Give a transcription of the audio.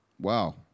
Wow